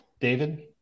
david